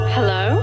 Hello